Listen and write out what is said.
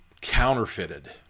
counterfeited